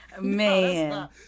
man